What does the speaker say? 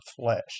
flesh